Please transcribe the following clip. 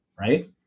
right